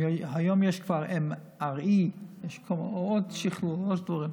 היום יש כבר MRE, יש עוד שכלול, עוד דברים.